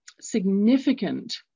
significant